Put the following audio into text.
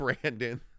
brandon